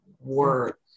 work